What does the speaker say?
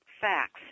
facts